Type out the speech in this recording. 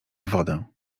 wodę